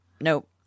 nope